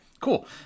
cool